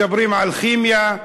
מדברים על כימיה,